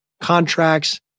contracts